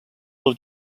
del